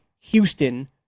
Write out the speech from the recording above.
Houston